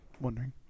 wondering